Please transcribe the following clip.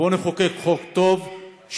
בוא נחוקק חוק טוב,